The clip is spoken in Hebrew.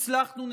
הצלחנו,